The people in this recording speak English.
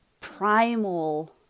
primal